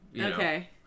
Okay